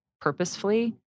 purposefully